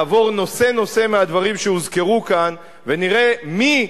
נעבור נושא-נושא בדברים שהוזכרו כאן ונראה מי